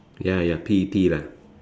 ya ya P E T lah